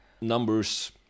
numbers